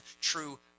true